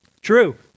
True